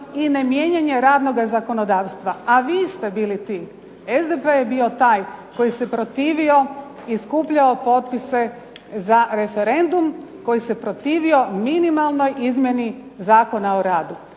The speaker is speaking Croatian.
i nemijenjanje radnoga zakonodavstva, a vi ste bili ti, SDP je bio taj koji se protivio i skupljao potpise za referendum, koji se protivio minimalnoj izmjeni Zakona o radu,